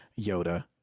Yoda